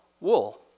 wool